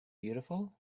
beautiful